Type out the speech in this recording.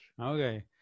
Okay